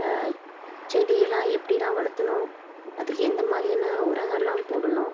செடியெலாம் எப்படிலாம் வளர்த்துணும் அது எந்த மாதிரியான உரங்களெலாம் போடணும்